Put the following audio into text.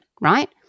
right